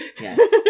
Yes